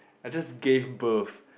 I just gave birth